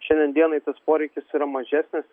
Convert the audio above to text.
šiandien dienai tas poreikis yra mažesnis